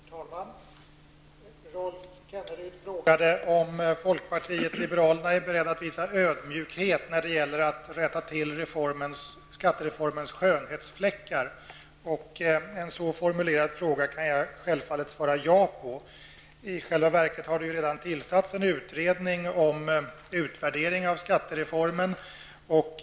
Herr talman! Rolf Kenneryd frågade om folkpartiet liberalerna är beredda att visa ödmjukhet när det gäller att rätta till skattereformens skönhetsfläckar. En på sådant sätt formulerad fråga kan jag självfallet svara ja på. I själva verket har de som skall utvärdera skattereformen redan tillsatts.